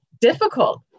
difficult